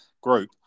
group